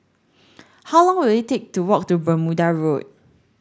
how long will it take to walk to Bermuda Road